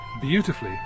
beautifully